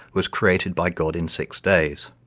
was created by god in six days.